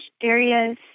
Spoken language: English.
areas